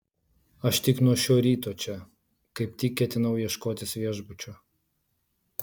aš tik nuo šio ryto čia kaip tik ketinau ieškotis viešbučio